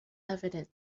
evident